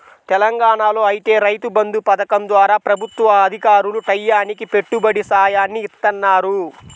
తెలంగాణాలో ఐతే రైతు బంధు పథకం ద్వారా ప్రభుత్వ అధికారులు టైయ్యానికి పెట్టుబడి సాయాన్ని ఇత్తన్నారు